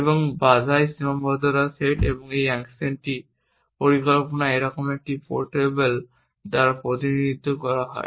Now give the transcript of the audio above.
এবং বাঁধাই সীমাবদ্ধতার সেট এবং এই আংশিক পরিকল্পনাটি এইরকম একটি পোর্টেবল দ্বারা প্রতিনিধিত্ব করা হয়